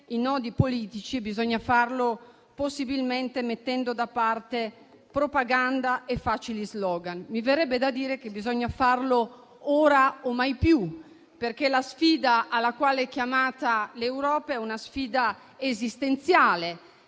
i nodi politici e bisogna farlo possibilmente mettendo da parte propaganda e facili *slogan*. Mi verrebbe da dire che bisogna farlo ora o mai più, perché la sfida alla quale è chiamata l'Europa è una sfida esistenziale.